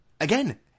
Again